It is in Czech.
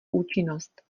účinnost